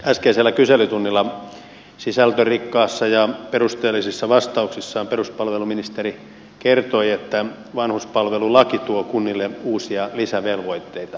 äskeisellä kyselytunnilla sisältörikkaissa ja perusteellisissa vastauksissaan peruspalveluministeri kertoi että vanhuspalvelulaki tuo kunnille uusia lisävelvoitteita